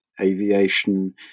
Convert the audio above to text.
aviation